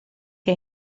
che